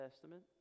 Testament